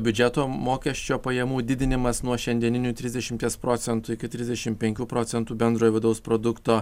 biudžeto mokesčio pajamų didinimas nuo šiandieninių trisdešimties procentų iki trisdešim penkių procentų bendrojo vidaus produkto